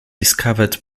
discovered